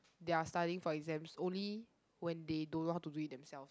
their studying for exams only when they don't know how to do it themselves